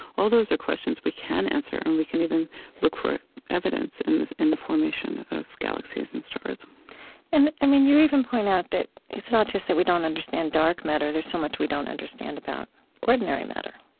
all those are questions we can answer, and we can even look for evidence in the in the formation of galaxies and stars and i mean you even point out that it's not just that we don't understand dark matter. there's so much we don't understand about ordinary matter